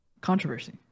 controversy